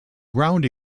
ground